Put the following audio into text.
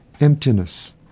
emptiness